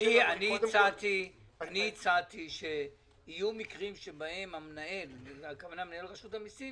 הצעתי שיהיו מקרים שבהם מנהל רשות המסים